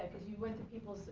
cause you went to people